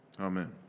Amen